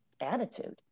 attitude